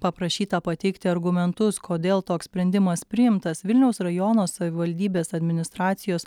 paprašyta pateikti argumentus kodėl toks sprendimas priimtas vilniaus rajono savivaldybės administracijos